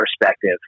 perspective